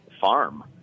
farm